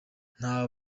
nta